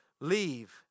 leave